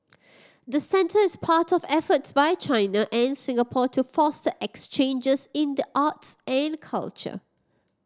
the centre is part of efforts by China and Singapore to foster exchanges in the arts and culture